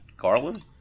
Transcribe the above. Garland